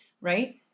right